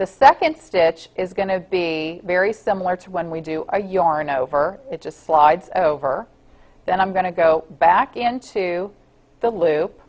the second stitch is going to be very similar to when we do a yarn over it just slides over then i'm going to go back into the loop